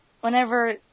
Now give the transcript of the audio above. whenever